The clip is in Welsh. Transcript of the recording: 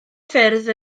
ffyrdd